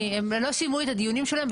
הם לא סיימו את הדיונים שלהם.